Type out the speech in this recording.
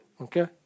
Okay